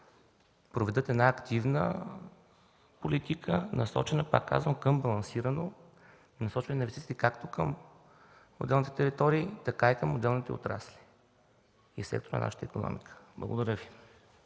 проведат една активна политика, пак казвам, към балансирано насочване на ресурсите както към отделните територии, така и към отделните отрасли и след това – нашата икономика. Благодаря Ви.